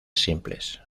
simples